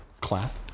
clap